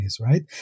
right